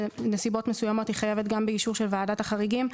בנסיבות מסוימות היא חייבת גם באישור של ועדת החריגים.